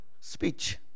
speech